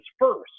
first